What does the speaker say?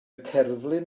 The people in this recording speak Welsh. cerflun